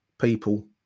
people